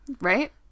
Right